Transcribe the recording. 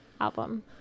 album